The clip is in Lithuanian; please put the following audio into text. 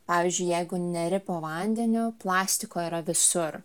pavyzdžiui jeigu neri po vandeniu plastiko yra visur